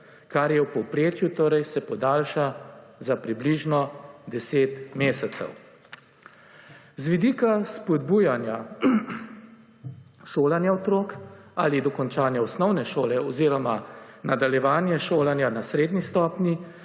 Kar je v povprečju, torej se podaljša za približno 10 mesecev. Z vidika spodbujanja šolanja otrok ali dokončane osnovne šole oziroma nadaljevanje šolanja na srednji stopnji